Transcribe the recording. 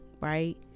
right